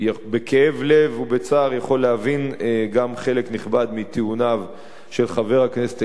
בכאב לב ובצער יכול להבין גם חלק נכבד מטיעוניו של חבר הכנסת אלדד.